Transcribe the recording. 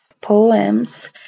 poems